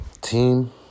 Team